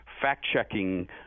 Fact-checking